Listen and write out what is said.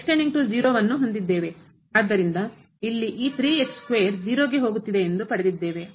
ಆದ್ದರಿಂದ ಇಲ್ಲಿ ಈ ಎಂದು ಪಡೆದಿದ್ದೇವೆ